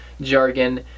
jargon